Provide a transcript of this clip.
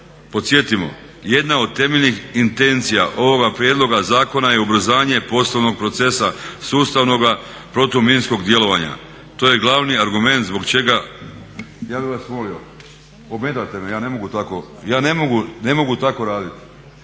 Podsjetimo, jedna od temeljnih intencija ovoga prijedloga zakona je ubrzanje poslovnog procesa sustavnog protuminskog djelovanja. To je glavni argument zbog čega… … /Upadica se ne razumije./ … Ja bih vas molio, ometate me, ja ne mogu tako raditi.